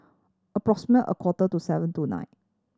approximate a quarter to seven tonight